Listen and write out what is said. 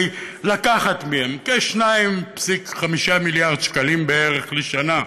לקחת מהם כ-2.5 מיליארד שקלים בערך לשנה,